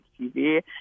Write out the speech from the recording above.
TV